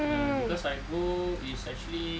cause I go it's actually